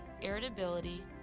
irritability